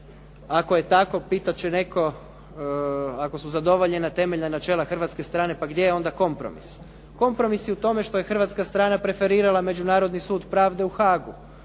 Ako je tako pitat će netko, ako su zadovoljena temeljna načela hrvatske strane, pa gdje je onda kompromis? Kompromis je u tome što je hrvatska strana preferirala Međunarodni sud pravde u Haagu,